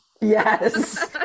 Yes